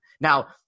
Now